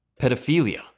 pedophilia